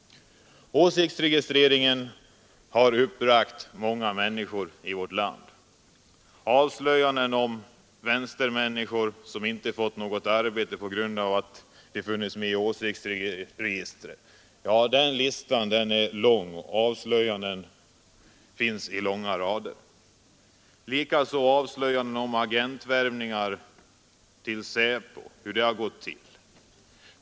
Åsiktsregistreringen har uppbragt många människor i vårt land. Listan över vänsterfolk som inte fått något arbete på grund av att man funnits med i ett åsiktsregister är lång, och avslöjanden finns i långa rader. Likaså finns det avslöjanden om hur agentvärvningen till SÄPO gått till.